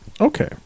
Okay